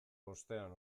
bostean